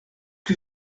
que